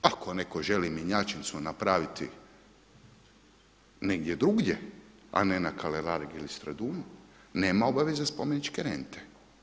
Ako netko želi mjenjačnicu napraviti negdje drugdje a ne na Kalerargi ili Stradunu nema obaveze spomeničke rente.